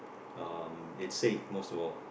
um it's safe most of all